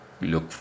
look